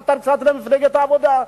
נתן קצת למפלגת העבודה,